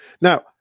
Now